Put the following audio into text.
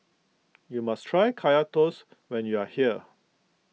you must try Kaya Toast when you are here